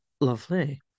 Lovely